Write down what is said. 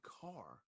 car